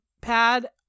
pad